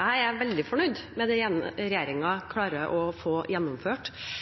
jeg er veldig fornøyd med det regjeringen klarer å få gjennomført